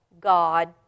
God